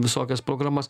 visokias programas